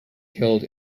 killed